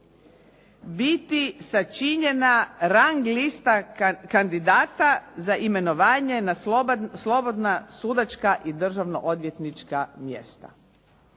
biti sačinjena rang lista kandidata za imenovanje na slobodna sudačka i državno odvjetnička mjesta.